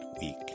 week